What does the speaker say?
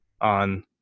on